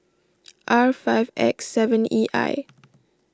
R five X seven E I